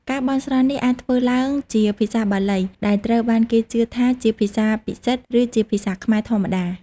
ការបន់ស្រន់នេះអាចធ្វើឡើងជាភាសាបាលី ដែលត្រូវបានគេជឿថាជាភាសាពិសិដ្ឋ ឬជាភាសាខ្មែរធម្មតា។